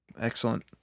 Excellent